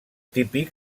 típic